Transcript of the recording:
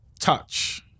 Touch